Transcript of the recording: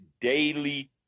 daily